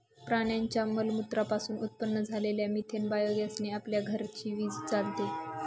प्राण्यांच्या मलमूत्रा पासून उत्पन्न झालेल्या मिथेन बायोगॅस ने आपल्या घराची वीज चालते